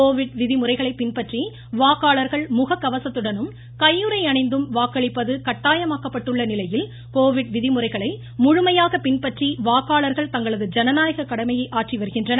Covid விதிமுறைகளை பின்பற்றி வாக்காளர்கள் முக கவசத்துடனும் கையுறை அணிந்தும் வாக்களிப்பது கட்டாயமாக்கப்பட்டுள்ள நிலையில் கோவிட் விதிமுறைகளை முழுமையாக பின்பற்றி வாக்காளர்கள் தங்களது ஜனநாயக கடமையை ஆற்றி வருகின்றனர்